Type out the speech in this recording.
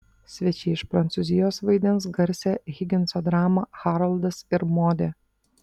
svečiai iš prancūzijos vaidins garsią higinso dramą haroldas ir modė